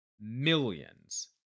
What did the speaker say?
millions